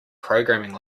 programming